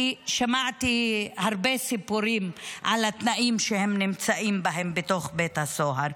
כי שמעתי הרבה סיפורים על התנאים שהם נמצאים בהם בתוך בית הסוהר.